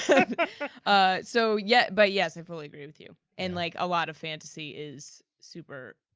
ah so yeah but yes, i fully agree with you. and like a lot of fantasy is super,